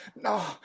no